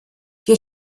wir